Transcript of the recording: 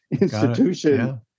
institution